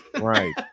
Right